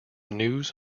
news